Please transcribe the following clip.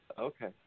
Okay